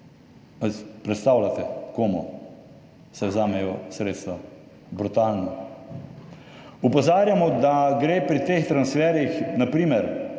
predstavljate, komu se vzamejo sredstva? Brutalno. Opozarjamo, da gre pri teh transferjih na primer